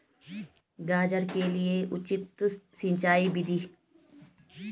गाजर के लिए उचित सिंचाई विधि?